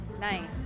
Nice